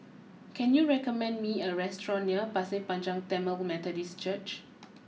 can you recommend me a restaurant near Pasir Panjang Tamil Methodist Church